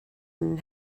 and